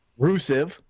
Rusev